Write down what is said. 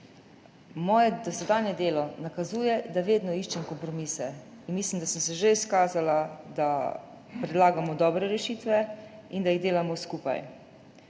Moje dosedanje delo nakazuje, da vedno iščem kompromise, in mislim, da sem se že izkazala, da predlagamo dobre rešitve in da jih delamo skupaj.